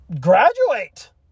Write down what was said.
Graduate